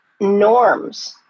norms